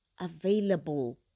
available